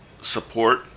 support